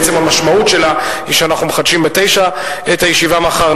בעצם המשמעות שלה היא שאנחנו מחדשים את הישיבה ב-09:00,